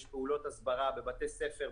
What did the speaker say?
יש פעולות הסברה בבתי ספר,